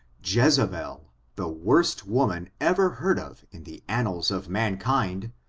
jezebel, the worst woman ever heard of in the annals of mankind,